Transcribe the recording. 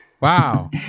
Wow